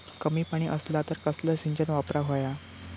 कमी पाणी असला तर कसला सिंचन वापराक होया?